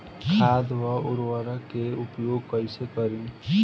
खाद व उर्वरक के उपयोग कईसे करी?